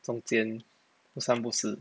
中间不三不四